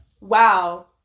wow